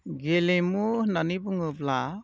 गेलेमु होननानै बुङोब्ला